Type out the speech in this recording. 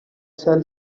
shall